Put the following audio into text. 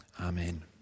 Amen